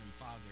father